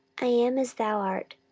i am as thou art,